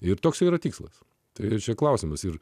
ir toks yra tikslas tai čia klausimas ir